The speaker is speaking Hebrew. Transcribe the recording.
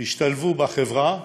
ישתלבו בחברה,